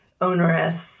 onerous